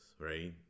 right